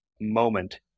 moment